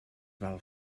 val